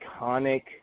iconic –